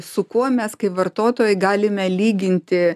su kuo mes kaip vartotojai galime lyginti